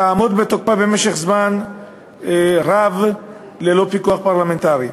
תעמוד בתוקפה במשך זמן רב ללא פיקוח פרלמנטרי.